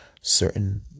certain